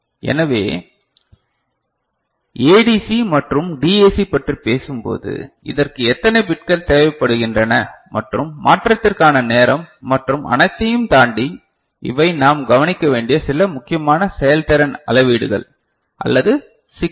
எனவே ஏடிசி மற்றும் டிஏசி பற்றி பேசும்போது இதற்கு எத்தனை பிட்கள் தேவைப்படுகின்றன மற்றும் மாற்றத்திற்கான நேரம் மற்றும் அனைத்தையும் தாண்டி இவை நாம் கவனிக்க வேண்டிய சில முக்கியமான செயல்திறன் அளவீடுகள் அல்லது சிக்கல்கள்